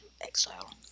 exile